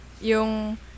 Yung